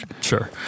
Sure